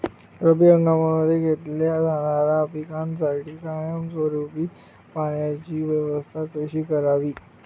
रब्बी हंगामामध्ये घेतल्या जाणाऱ्या पिकांसाठी कायमस्वरूपी पाण्याची व्यवस्था कशी करावी?